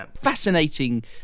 Fascinating